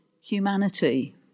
humanity